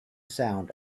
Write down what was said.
sound